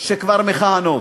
שכבר מכהנות.